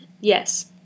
Yes